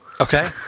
Okay